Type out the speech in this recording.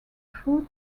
foot